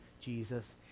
Jesus